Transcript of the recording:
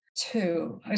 Two